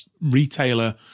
retailer